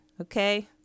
okay